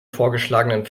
vorgeschlagenen